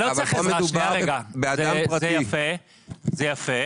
זה יפה,